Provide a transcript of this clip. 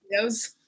videos